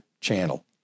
channel